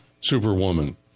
superwoman